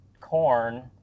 corn